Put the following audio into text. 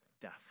death